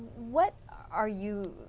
what are you